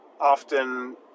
often